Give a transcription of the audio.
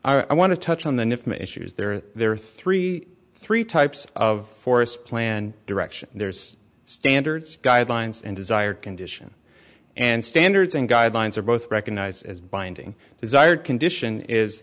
but i want to touch on the nif main issues there are there are three three types of forest plan direction there's standards guidelines and desired condition and standards and guidelines are both recognized as binding desired condition is